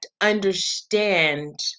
understand